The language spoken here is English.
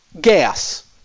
gas